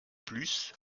plus